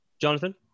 Jonathan